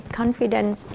confidence